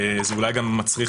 זה אולי גם מצריך